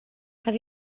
have